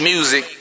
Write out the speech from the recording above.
Music